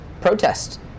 protest